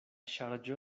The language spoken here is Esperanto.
ŝarĝo